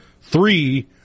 Three